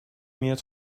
میاد